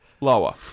Lower